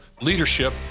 leadership